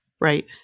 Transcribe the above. Right